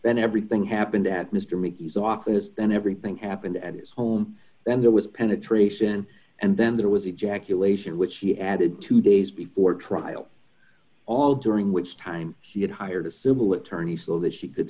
then everything happened at mr mcgee's office then everything happened at his home then there was penetration and then there was ejaculation which she added two days before trial all during which time she had hired a civil attorney so that she could